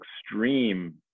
extreme